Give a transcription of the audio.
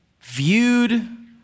viewed